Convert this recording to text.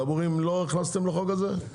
דבורים לא הכנסתם לחוק הזה?